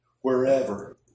wherever